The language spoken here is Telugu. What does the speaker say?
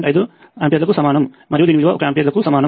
మరియు దీని విలువ 1 ఆంపియర్లకు సమానం